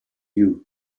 you